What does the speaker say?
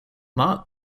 mark